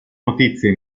notizie